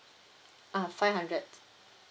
ah five hundred